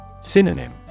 Synonym